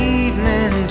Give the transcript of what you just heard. evening